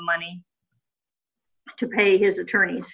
money to pay his attorney